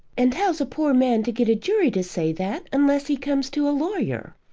and how's a poor man to get a jury to say that, unless he comes to a lawyer?